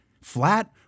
flat